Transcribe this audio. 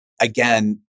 again